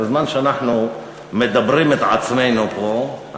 בזמן שאנחנו מדברים את עצמנו פה,